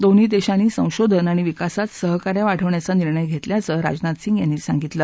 दोन्ही देशांनी संशोधन आणि विकासातही सहकार्य वाढवण्याचा निर्णय घेतल्याचं राजनाथ सिंग यांनी सांगितलं